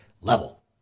level